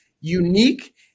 unique